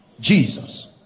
Jesus